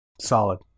Solid